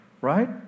right